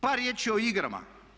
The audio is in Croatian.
Par riječi o igrama.